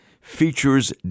features